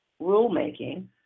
rulemaking